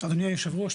אדוני היושב-ראש,